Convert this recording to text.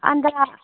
अन्त